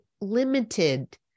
limited